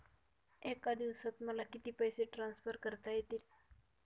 एका दिवसात मला किती पैसे ट्रान्सफर करता येतील?